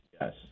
Yes